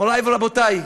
מורי ורבותי,